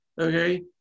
okay